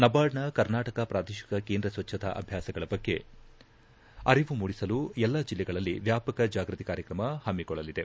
ನಬಾರ್ಡ್ನ ಕರ್ನಾಟಕ ಪ್ರಾದೇಶಿಕ ಕೇಂದ್ರ ಸ್ವಚ್ದತಾ ಅಭ್ವಾಸಗಳ ಬಗ್ಗೆ ಅರಿವು ಮೂಡಿಸಲು ಎಲ್ಲಾ ಜಿಲ್ಲೆಗಳಲ್ಲಿ ವ್ವಾಪಕ ಜಾಗೃತಿ ಕಾರ್ಯಕ್ರಮ ಹಮ್ಮಿಕೊಳ್ಳಲಿದೆ